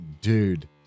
dude